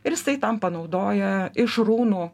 ir jisai tam panaudoja iš runų